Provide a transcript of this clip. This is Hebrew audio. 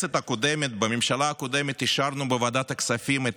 בממשלה הקודמת אישרנו בוועדת הכספים את